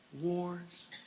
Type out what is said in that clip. Wars